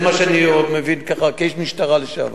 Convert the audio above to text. זה מה שאני מבין כאיש משטרה לשעבר.